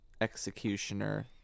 executioner